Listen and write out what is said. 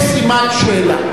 יש סימן שאלה.